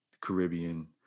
caribbean